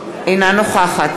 אינה נוכחת